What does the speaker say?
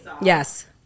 Yes